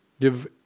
Give